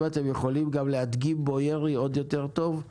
אם אתם יכולים גם להדגים בו ירי, עוד יותר טוב,